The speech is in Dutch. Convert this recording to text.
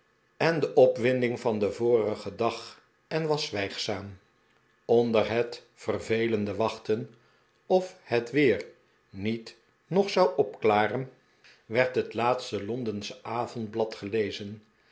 en de opwinding van den vorigen dag en was zwijgzaam onder het vervelende wachten of het weer niet nog zou opklaren werd het laatste londensche avondblad gelezen